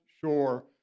shore